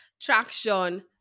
Traction